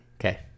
Okay